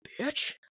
bitch